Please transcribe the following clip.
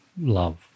love